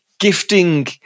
Gifting